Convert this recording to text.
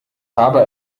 habe